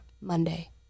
Monday